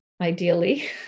ideally